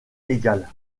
égale